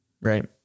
right